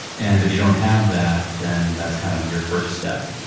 and if you don't have that, then that's kind of your first step.